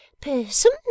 person